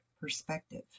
perspective